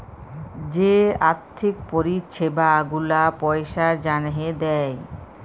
যে আথ্থিক পরিছেবা গুলা পইসার জ্যনহে দেয়